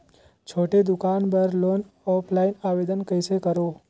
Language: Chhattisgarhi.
छोटे दुकान बर लोन ऑफलाइन आवेदन कइसे करो?